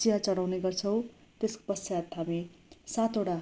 चिया चढाउने गर्छौँ तत्पश्चात् हामी सातवटा